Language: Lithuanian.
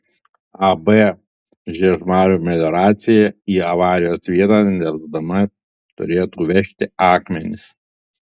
ab žiežmarių melioracija į avarijos vietą nedelsdama turėtų vežti akmenis